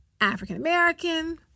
African-American